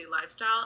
lifestyle